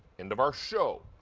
end of our show.